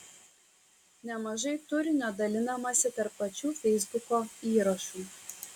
nemažai turinio dalinamasi tarp pačių feisbuko įrašų